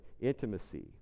intimacy